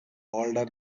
older